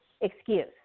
excuse